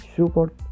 Support